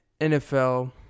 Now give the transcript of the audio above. NFL